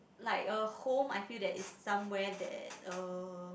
like a home I feel that is somewhere that uh